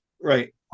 right